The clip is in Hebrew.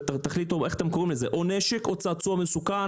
תחליטו איך אתם קוראים לזה, נשק או צעצוע מסוכן.